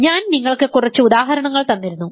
ഞാൻ നിങ്ങൾക്ക് കുറച്ച് ഉദാഹരണങ്ങൾ തന്നിരുന്നു